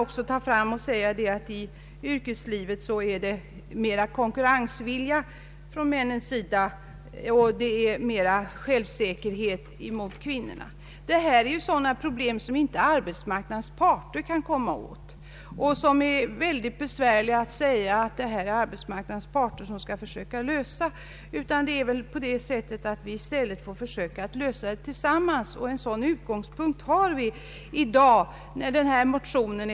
Man kan också säga att i yrkeslivet visar männen mera konkurrensvilja och större självsäkerhet än kvinnorna. Det här är problem som arbetsmarknadens parter inte kan komma åt, utan vi får väl alla försöka lösa dem tillsammans. En utgångspunkt har vi i de föreliggande motionerna.